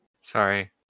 Sorry